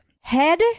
head